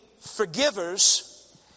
forgivers